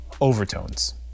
Overtones